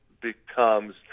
becomes